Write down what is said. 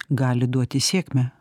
gali duoti sėkmę